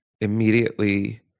immediately